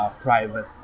private